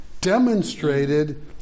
demonstrated